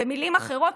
במילים אחרות,